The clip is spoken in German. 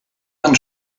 man